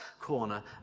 corner